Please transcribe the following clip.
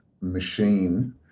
machine